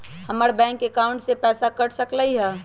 हमर bank account से पैसा कट सकलइ ह?